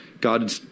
God